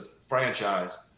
franchise